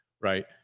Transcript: Right